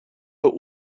but